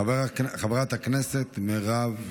חברת הכנסת מירב.